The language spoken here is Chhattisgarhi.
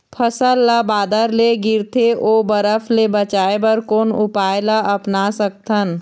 फसल ला बादर ले गिरथे ओ बरफ ले बचाए बर कोन उपाय ला अपना सकथन?